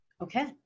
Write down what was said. okay